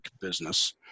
business